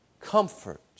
comfort